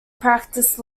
practiced